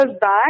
back